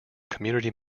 community